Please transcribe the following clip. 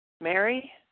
Mary